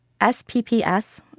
SPPS